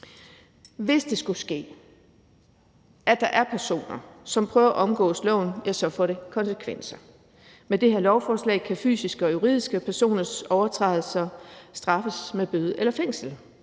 Hvis det skulle ske, at der er personer, som prøver at omgå loven, får det konsekvenser. Med det her lovforslag kan fysiske og juridiske personers overtrædelser straffes med bøde eller fængsel.